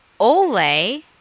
Ole